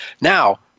Now